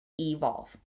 evolve